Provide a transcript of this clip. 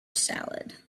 salad